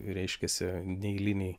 reiškiasi neeiliniai